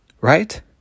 Right